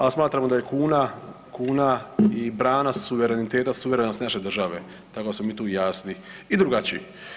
A smatramo da je kuna, kuna i brana suvereniteta suverenosti naše države, tako da smo mi tu jasni i drugačiji.